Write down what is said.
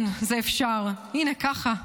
כן, זה אפשר, הינה, ככה.